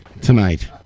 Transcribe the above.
tonight